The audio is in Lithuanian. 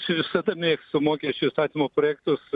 aš visada mėgstu mokesčių įstatymų projektus